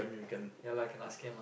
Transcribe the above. ya lah cannot scan what